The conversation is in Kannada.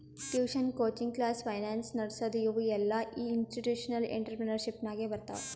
ಟ್ಯೂಷನ್, ಕೋಚಿಂಗ್ ಕ್ಲಾಸ್, ಫೈನಾನ್ಸ್ ನಡಸದು ಇವು ಎಲ್ಲಾಇನ್ಸ್ಟಿಟ್ಯೂಷನಲ್ ಇಂಟ್ರಪ್ರಿನರ್ಶಿಪ್ ನಾಗೆ ಬರ್ತಾವ್